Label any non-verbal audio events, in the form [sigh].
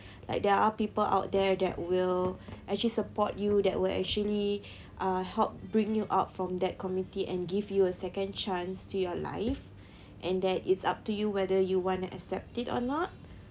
like there are people out there that will [breath] actually support you that will actually [breath] uh help bring you out from that community and give you a second chance to your life [breath] and that is up to you whether you want to accept it or not